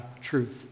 truth